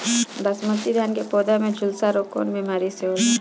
बासमती धान क पौधा में झुलसा रोग कौन बिमारी से होला?